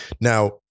Now